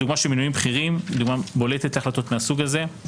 הדוגמה של מינויים בכירים היא דוגמה בולטת להחלטות מסוג זה.